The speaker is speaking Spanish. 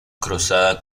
cruzada